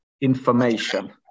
information